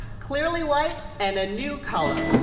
clearly white, and a new color,